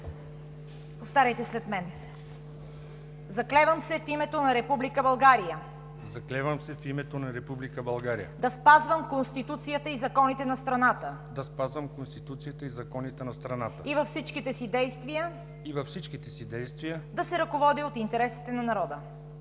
САЧЕВА-АТАНАСОВА: „Заклевам се в името на Република България да спазвам Конституцията и законите на страната и във всичките си действия да се ръководя от интересите на народа.